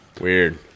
weird